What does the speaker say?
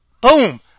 Boom